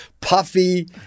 puffy